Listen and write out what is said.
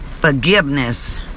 forgiveness